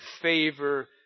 favor